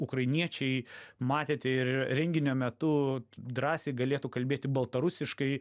ukrainiečiai matėte ir renginio metu drąsiai galėtų kalbėti baltarusiškai